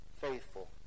faithful